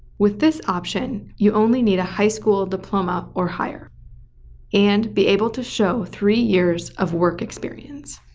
with this option, you only need a high school diploma or higher and be able to show three years of work experience.